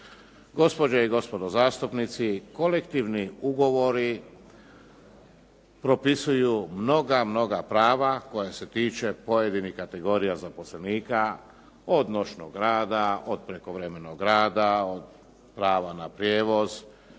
Gospođe i gospodo zastupnici, kolektivni ugovori propisuju mnoga, mnoga prava koja se tiču pojedinih kategorija zaposlenika, od noćnog rada, od prekovremenog rada, od prava na prijevoz,